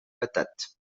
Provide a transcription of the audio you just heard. patates